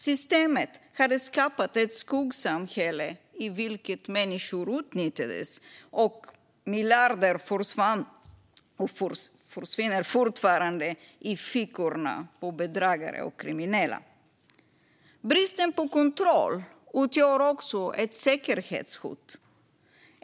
Systemet hade skapat ett skuggsamhälle i vilket människor utnyttjas. Miljarder försvann, och försvinner fortfarande, i fickorna på bedragare och kriminella. Bristen på kontroll utgör också ett säkerhetshot.